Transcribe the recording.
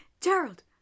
Gerald